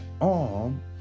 arm